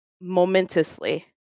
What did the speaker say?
momentously